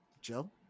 Joe